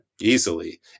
easily